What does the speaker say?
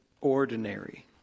ordinary